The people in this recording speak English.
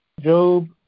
Job